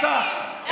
נפתח.